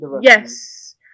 Yes